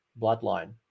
bloodline